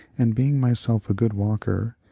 and, being myself a good walker,